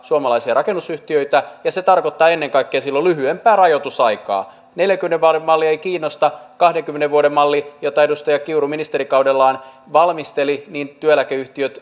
suomalaisia rakennusyhtiöitä ja se tarkoittaa silloin ennen kaikkea lyhyempää rajoitusaikaa neljänkymmenen vuoden malli ei kiinnosta kahdenkymmenen vuoden mallinkin osalta jota edustaja kiuru ministerikaudellaan valmisteli työeläkeyhtiöt